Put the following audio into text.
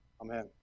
amen